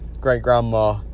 great-grandma